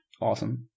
awesome